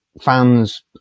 fans